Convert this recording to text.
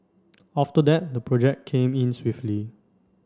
after that the project came in swiftly